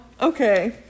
Okay